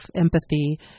empathy